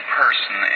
person